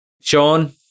Sean